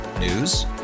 News